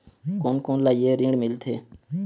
कोन कोन ला ये ऋण मिलथे?